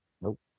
nope